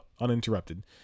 uninterrupted